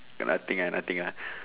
got nothing ah nothing ah